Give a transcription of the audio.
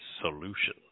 solution